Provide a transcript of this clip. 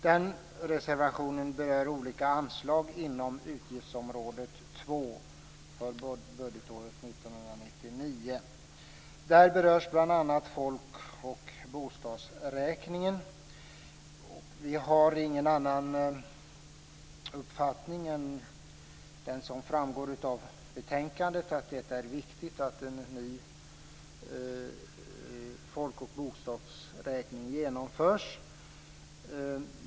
Den reservationen berör olika anslag inom utgiftsområde 2 för budgetåret 1999. Där berörs bl.a. folk och bostadsräkningen. Vi har ingen annan uppfattning än den som framgår av betänkandet. Det är viktigt att en ny folk och bostadsräkning genomförs.